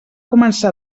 començar